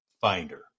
finder